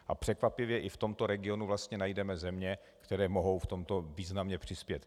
A překvapivě i v tomto regionu najdeme země, které mohou v tomto významně přispět.